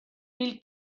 mil